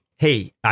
hey